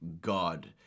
God